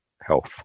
health